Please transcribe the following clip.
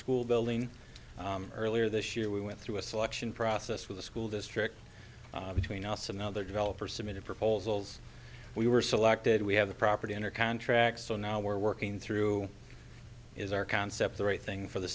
school building earlier this year we went through a selection process with the school district between us another developer submitted proposals we were selected we have the property under contract so now we're working through is our concept the right thing for the